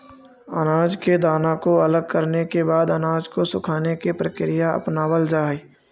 अनाज के दाना को अलग करने के बाद अनाज को सुखाने की प्रक्रिया अपनावल जा हई